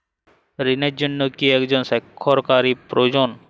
ঋণের জন্য কি একজন স্বাক্ষরকারী প্রয়োজন?